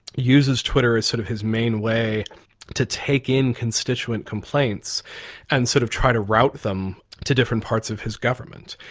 uses twitter as sort of his main way to take in constituent complaints and sort of try to route them to different parts of his government.